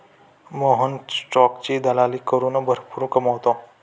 मोहन स्टॉकची दलाली करून भरपूर कमावतो